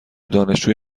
دانشجوی